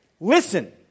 listen